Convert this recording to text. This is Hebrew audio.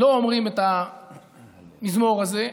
לא אומרים את המזמור הזה.